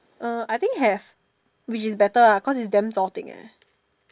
uh I think have which is better ah cause is damn zo-deng eh